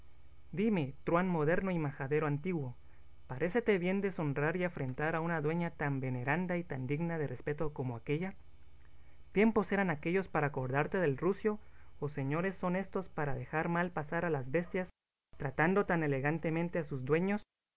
dime truhán moderno y majadero antiguo parécete bien deshonrar y afrentar a una dueña tan veneranda y tan digna de respeto como aquélla tiempos eran aquéllos para acordarte del rucio o señores son éstos para dejar mal pasar a las bestias tratando tan elegantemente a sus dueños